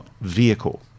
vehicle